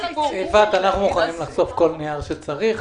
אנו מוכנים לחשוף כל נייר שצריך.